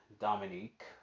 dominique